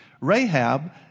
Rahab